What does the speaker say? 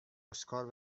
اسکار